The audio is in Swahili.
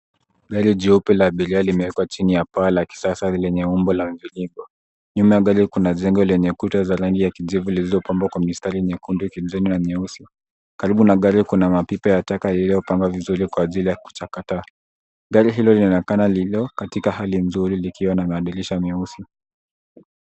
Gari jeupe la abiria limewekwa chini ya paa la kisasa lenye umbo la mviringo. Nyuma ya gari kuna jengo lenye kuta za rangi ya kijivu ilizopambwa kwa mistari mekundu, kijani na nyeusi. Karibu na gari kuna mapipa ya taka yaliyopangwa vizuri kwa ajili ya kuchakata. Gari hilo linaonekana lilo katika hali nzuri likiwa na madirisha myeusi.